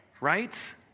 Right